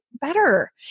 better